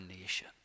nation